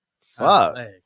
Fuck